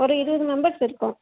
ஒரு இருபது மெம்பர்ஸ் இருக்கோம்